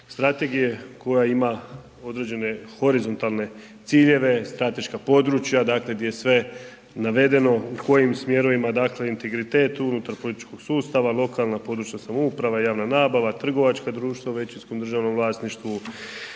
Strategije koja ima određene horizontalne ciljeve, strateška područja, dakle gdje je sve navedeno u kojim smjerovima integritet unutar političkog sustava, lokalna, područna samouprava, javna nabava, trgovačka društva u većinskom državnom vlasništvu,